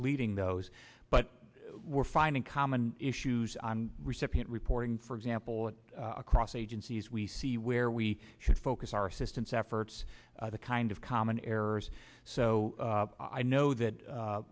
leading those but we're finding common issues on recipient reporting for example across agencies we see where we should focus our assistance efforts the kind of common errors so i know